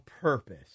purpose